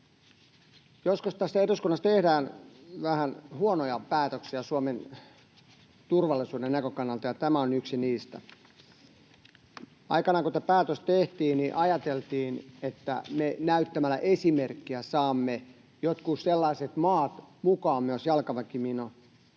Joskus tässä eduskunnassa tehdään vähän huonoja päätöksiä Suomen turvallisuuden näkökannalta, ja tämä on yksi niistä. Aikanaan kun tämä päätös tehtiin, ajateltiin, että me näyttämällä esimerkkiä saamme mukaan jalkaväkimiinakieltosopimukseen